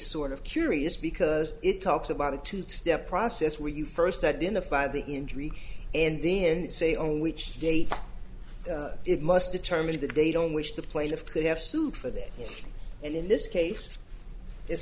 sort of curious because it talks about a two step process where you first identify the injury and then say on which date it must determine the date on which the place of could have sued for them and in this case as